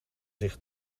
zich